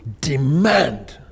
demand